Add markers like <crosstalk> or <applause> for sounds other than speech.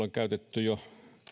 <unintelligible> on käytetty jo